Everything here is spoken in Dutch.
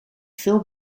veel